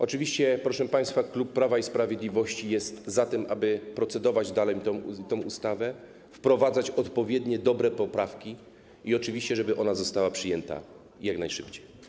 Oczywiście, proszę państwa, klub Prawa i Sprawiedliwości jest za tym, aby procedować dalej nad tą ustawą, wprowadzać odpowiednie dobre poprawki, żeby oczywiście została ona przyjęta jak najszybciej.